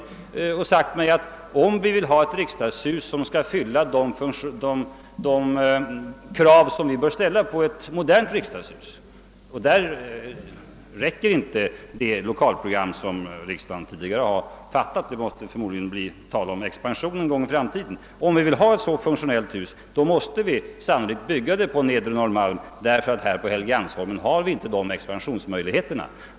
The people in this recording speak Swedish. Och jag har kommit fram till att om vi vill ha ett riksdagshus som fyller de krav som bör ställas på ett modernt riksdagens hus — och där räcker inte det 1okalprogram som man tidigare stannat för, utan det måste förmodligen bli fråga om en expansion framdeles — så måste vi sannolikt bygga riksdagshuset på Nedre Norrmalm. Här på Helgeandsholmen finns inte tillräckliga expansionsmöjligheter.